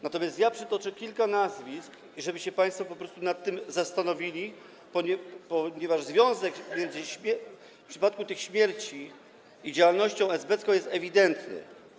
Natomiast ja przytoczę kilka nazwisk, żeby się państwo po prostu nad tym zastanowili, ponieważ związek w przypadku tych śmierci z działalnością esbecką jest ewidentny.